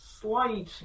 slight